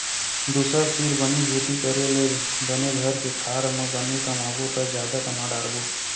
दूसर तीर बनी भूती करे ले बने घर के खार म बने कमाबो त जादा कमा डारबो